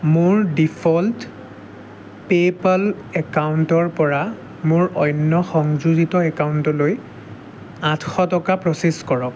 মোৰ default PayPal একাউণ্টৰ পৰা মোৰ অন্য সংযোজিত একাউণ্টলৈ আঠশ টকা প্ৰ'চেছ কৰক